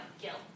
guilt